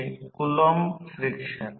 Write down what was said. वास्तविक R R1 R2आणि X X1 X2 X2